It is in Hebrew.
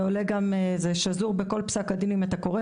זה עולה גם, זה שזור בכל פסק הדין, אם אתה קורא.